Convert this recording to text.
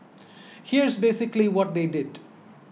here's basically what they did